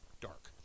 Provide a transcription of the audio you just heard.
dark